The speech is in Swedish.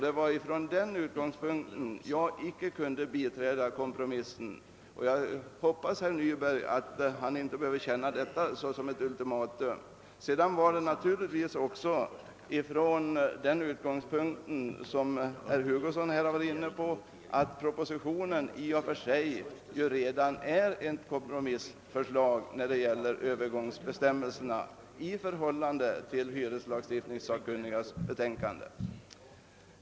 Det var av denna anledning jag inte kunde biträda kompromissförslaget, och jag hoppas att herr Nyberg inte uppfattar detta såsom ett ultimatum. Ståndpunktstagandet från min sida motiverades naturligtvis också från den utgångspunkt, som herr Hugosson här har varit inne på, nämligen att propositionen ju i och för sig redan är ett kompromissförslag i förhållande till hyreslagstiftningssakkunnigas betänkande vad beträffar övergångsbestämmelserna.